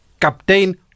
Captain